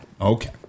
Okay